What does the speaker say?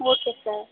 okay sir